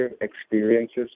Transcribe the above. experiences